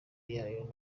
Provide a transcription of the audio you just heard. yayo